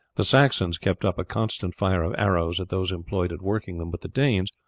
the saxons kept up a constant fire of arrows at those employed at working them, but the danes,